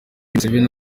museveni